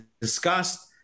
discussed